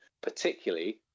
particularly